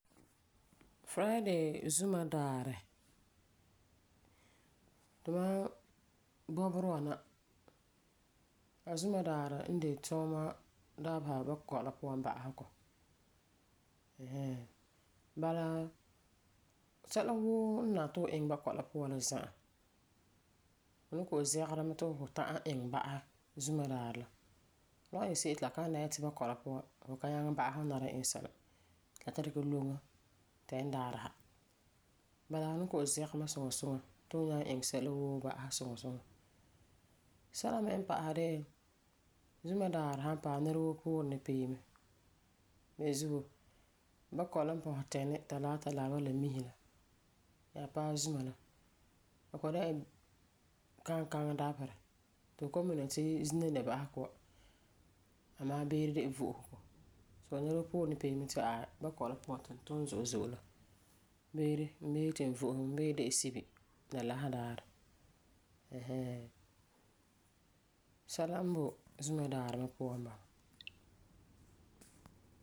Friday, Zumadaarɛ. Tumam bɔberɛ wa na, Azumadaarɛ n de tuuma dabesa bakɔi la puan ba'asegɔ. Ɛɛn hɛɛn. Bala la sɛla woo n nari ti fu iŋɛ bakɔi la puan za'a, fu ni kɔ'ɔm zɛgera mɛ ti fu ta'am iŋɛ ba'asɛ Zumadaarɛ la puan. La wan iŋɛ se'em ti la dɛna ti bakɔi la puan fu kan nyaŋɛ ba'asɛ la nari fu iŋɛ sɛla ti la ta dikɛ loŋe Tɛni daarɛ sa. Bala fu ni kɔ'ɔm zɛgɛ mɛ suŋa suŋa ti fu nyaŋɛ iŋɛ sɛla woo ba'asɛ suŋa suŋa. Sɛla n me pa'asɛ de'e, Zumadaarɛ san paɛ, nɛra woo puurɛ ni pee mɛ beni zuo, bakɔi la pɔsɛ Tɛni, Talaata, Laareba, Lamisi la nyaa paɛ Zuma la, la kɔ'ɔm dɛna la kankaŋi dabeserɛ ti fu kɔ'ɔm mina ti zina n de ba'asegɔ wa, amaa beere de la vo'osego. Soo nɛrewoo puurɛ ni pee mɛ ti aai, bakɔi wa puan ti n tum zo'e zo'e la, beere n bee yeti n vo'ose mɛ. Beere de la Sibi la Lasedaarɛ ɛɛn hɛɛn. Sɛlaen boi Zumadaarɛ me puan n bala.